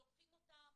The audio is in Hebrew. לוקחים אותם,